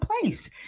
place